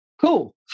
Cool